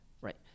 right